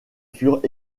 furent